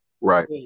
Right